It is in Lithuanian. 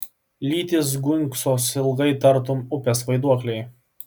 lytys gunksos ilgai tartum upės vaiduokliai